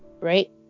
right